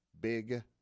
big